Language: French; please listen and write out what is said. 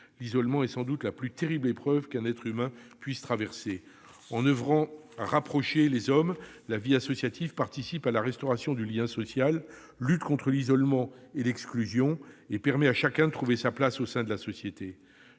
l'isolement est sans doute la plus terrible épreuve qu'un être humain puisse traverser. En oeuvrant à rapprocher les hommes, la vie associative participe à la restauration du lien social, lutte contre l'isolement et l'exclusion, et permet à chacun de trouver sa place au sein de la société.